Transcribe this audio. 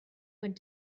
went